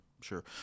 sure